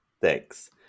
Thanks